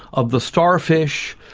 of the starfish,